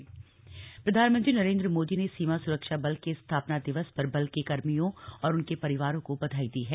BSF प्रधानमंत्री नरेन्द्र मोदी ने सीमा सुरक्षा बल के स्थापना दिवस पर बल के कर्मियों और उनके परिवार को बधाई दी है